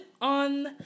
on